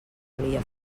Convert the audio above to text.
calia